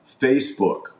Facebook